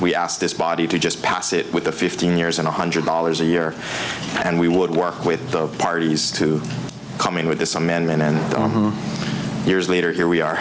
we asked this body to just pass it with the fifteen years and one hundred dollars a year and we would work with the parties to come in with this amendment in years later here we are